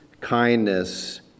Kindness